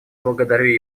благодарю